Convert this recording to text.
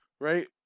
right